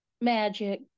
magic